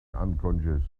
unconscious